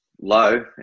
Low